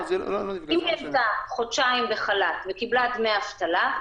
אם היא הייתה חודשיים בחל"ת וקיבלה דמי אבטלה,